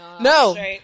no